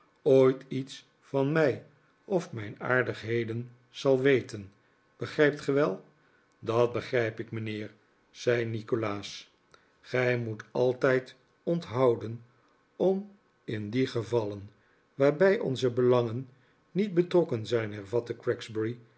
ooit iets van mij of mijn aardigheden zal weten begrijpt ge wel dat begrijp ik mijnheer zei nikolaas gij moet altijd onthouden om in die gevallen waarbij onze belangen niet betrokken zijn hervatte